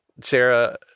Sarah